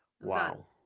Wow